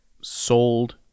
sold